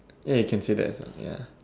yeah you can say that as well ya